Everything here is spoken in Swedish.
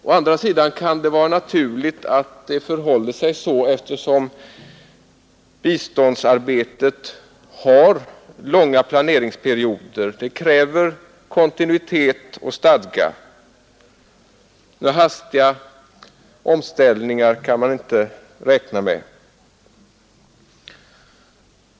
Å andra sidan kan det finnas en del skäl för att det förhåller sig så, eftersom biståndsarbetet har långa planeringsperioder och kräver kontinuitet och stadga. Några hastiga omställningar kan man inte räkna med.